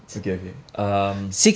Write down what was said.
okay okay um